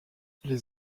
les